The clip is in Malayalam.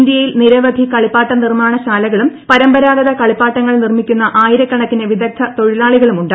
ഇന്ത്യയിൽ നിരവധി കളിപ്പാട്ട നിർമാണശാലകളും പരമ്പരാഗത കളിപ്പാട്ടങ്ങൾ നിർമ്മിക്കുന്ന ആയിരക്കണക്കിന് വിദഗ്ധ തൊഴിലാളികളും ഉണ്ട്